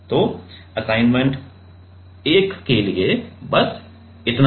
तो असाइनमेंट 1 के लिए बस इतना ही